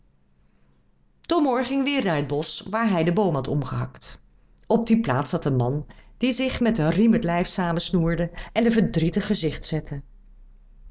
domoor ging weêr naar het bosch waar hij den boom had omgehakt op die plaats zat een man die zich met een riem het lijf samen snoerde en een verdrietig gezicht zette